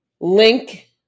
link